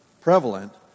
prevalent